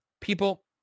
people